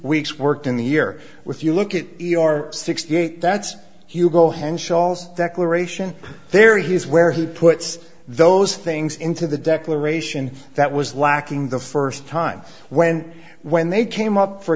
weeks worked in the year with you look at e r sixty eight that's hugo henshaws declaration there he is where he puts those things into the declaration that was lacking the first time when when they came up for